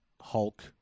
Hulk